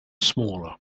smaller